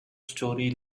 story